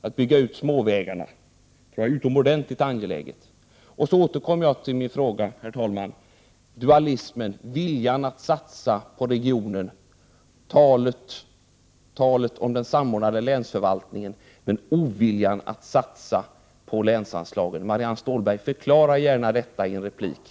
Vi anser att det är utomordentligt angeläget. Jag återkommer till min fråga, herr talman, till dualismen: viljan att satsa på regioner och talet om den samordnade länsförvaltningen men oviljan att satsa på länsanslagen. Förklara gärna detta, Marianne Stålberg, i en replik!